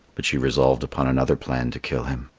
but she resolved upon another plan to kill him.